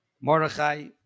Mordechai